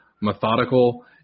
methodical